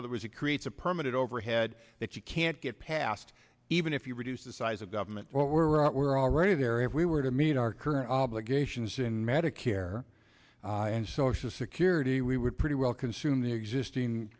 other is it creates a permanent overhead that you can't get past even if you reduce the size of government but we're already there if we were to meet our current obligations in medicare and social security we would pretty well consume the existing